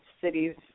cities